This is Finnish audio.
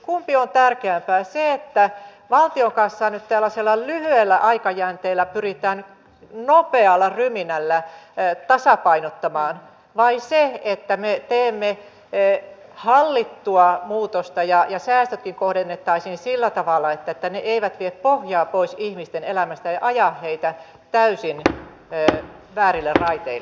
kumpi on tärkeämpää se että valtion kassaa nyt tällaisella lyhyellä aikajänteellä pyritään nopealla ryminällä tasapainottamaan vai se että me teemme hallittua muutosta ja säästötkin kohdennettaisiin sillä tavalla että ne eivät vie pohjaa pois ihmisten elämästä ja aja heitä täysin väärille raiteille